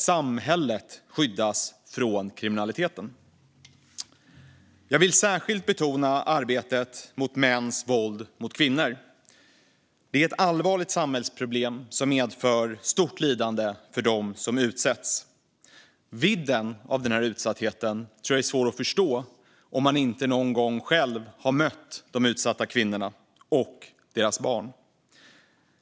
Samhället ska skyddas från kriminaliteten. Jag vill särskilt betona arbetet mot mäns våld mot kvinnor. Det är ett allvarligt samhällsproblem som medför stort lidande för dem som utsätts. Vidden av utsattheten är svår att förstå om man inte någon gång själv har mött de utsatta kvinnorna och deras barn.